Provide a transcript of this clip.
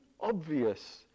obvious